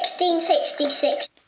1666